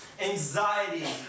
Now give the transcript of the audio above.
Anxiety